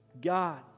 God